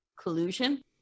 collusion